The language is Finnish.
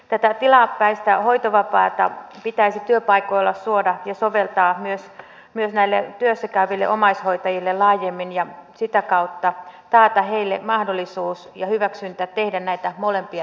tätä tilapäistä hoitovapaata pitäisi työpaikoilla suoda ja soveltaa myös näille työssä käyville omaishoitajille laajemmin ja sitä kautta taata heille mahdollisuus ja hyväksyntä tehdä näitä molempia tärkeitä töitä